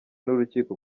n’urukiko